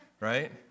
Right